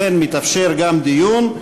לכן מתאפשר גם דיון.